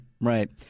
Right